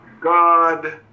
God